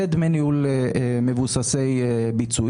זה דמי ניהול מבוססי ביצועים.